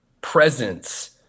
presence